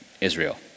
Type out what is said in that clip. Israel